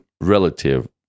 relative